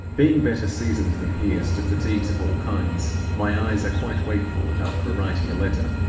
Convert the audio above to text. being better seasoned than he is to fatigues of all kinds, my eyes are quite wakeful enough for writing a letter,